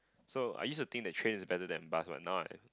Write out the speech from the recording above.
so I used to think that train is better than bus but now I